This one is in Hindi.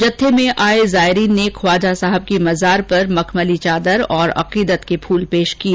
जत्थे में आए जायरीन ने ख्वाजा साहब की मजार पर मखमली चादर और अकीदत के फूल पेश किए